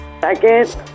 Second